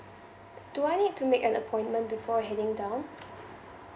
do I need to make an appointment before heading down